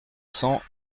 cent